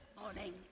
morning